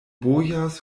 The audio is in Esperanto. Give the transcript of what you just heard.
bojas